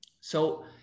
So-